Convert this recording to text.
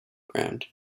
ground